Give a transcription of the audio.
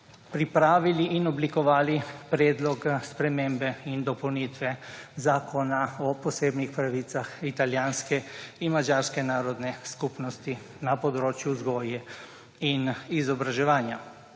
pripravili in oblikovali predlog spremembe in dopolnitve Zakona o posebnih pravicah italijanske in madžarske narodne skupnosti na področju vzgoje in izobraževanja.